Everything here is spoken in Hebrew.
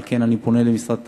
על כן, אני פונה למשרד התחבורה,